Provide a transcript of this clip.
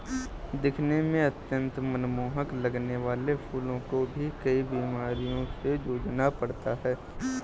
दिखने में अत्यंत मनमोहक लगने वाले फूलों को भी कई बीमारियों से जूझना पड़ता है